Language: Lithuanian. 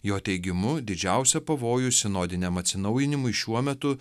jo teigimu didžiausią pavojų sinodiniam atsinaujinimui šiuo metu